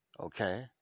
Okay